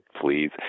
please